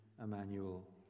Emmanuel